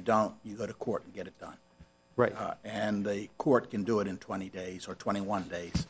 you don't you go to court and get it done right and a court can do it in twenty days or twenty one days